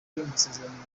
masezerano